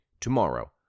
tomorrow